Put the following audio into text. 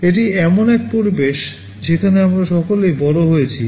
এটি এমন এক পরিবেশ যেখানে আমরা সকলেই বড় হয়েছি